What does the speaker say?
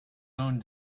own